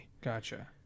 gotcha